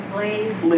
Blaze